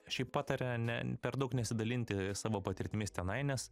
šiaip pataria ne per daug nesidalinti savo patirtimis tenai nes